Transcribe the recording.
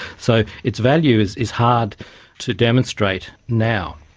so its value is is hard to demonstrate now.